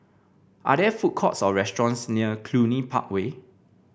are there food courts or restaurants near Cluny Park Way